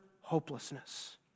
hopelessness